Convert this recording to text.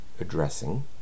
addressing